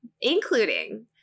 including